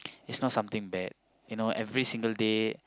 is not something that you know every single day